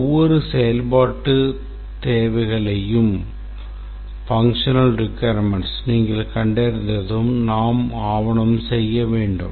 ஒவ்வொரு செயல்பாட்டுத் தேவைகளையும் நீங்கள் கண்டறிந்ததும் நாம் ஆவணம் செய்ய வேண்டும்